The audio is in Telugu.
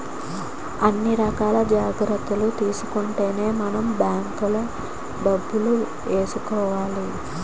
అన్ని రకాల జాగ్రత్తలు తీసుకుంటేనే మనం బాంకులో డబ్బులు ఏసుకోవాలి